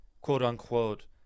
quote-unquote